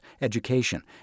education